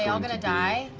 yeah going to die?